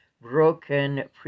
Broken